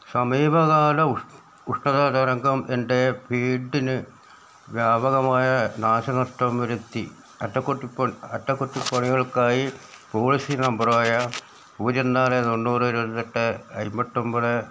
സമീപകാല ഉഷ്ണതരങ്കം എൻറ്റെ വീടിന് വ്യാപകമായ നാശനഷ്ടം വരുത്തി അറ്റകുറ്റപ്പണികൾക്കായി പോളിസി നമ്പറായ പൂജ്യം നാല് തൊണ്ണൂറ് ഇരുപത്തെട്ട് അയ്മ്പത്തൊമ്പത്